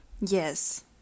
Yes